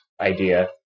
idea